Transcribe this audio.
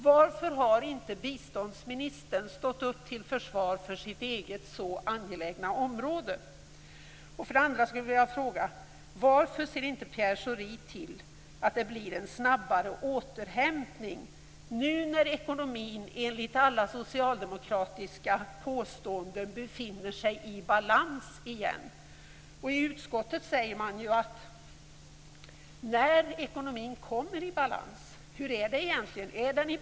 Varför har inte biståndsministern stått upp till försvar för sitt eget så angelägna område? Schori till att det blir en snabbare återhämtning nu när ekonomin enligt alla socialdemokratiska påståenden befinner sig i balans igen? I utskottet talar man ju om att när ekonomin kommer i balans, skall man göra någonting åt det här.